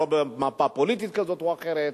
לא במפה פוליטית כזאת או אחרת.